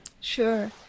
Sure